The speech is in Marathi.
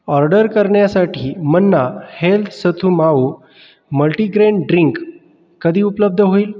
ऑर्डर करण्यासाठी Manna health Sathu Maavu multigrain drink कधी उपलब्ध होईल